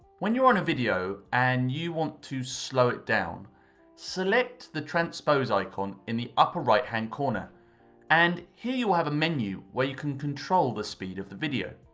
when you are on a video and you want to slow it down select the transpose icon in the upper right-hand corner and here you will have a menu where you can control the speed of the video.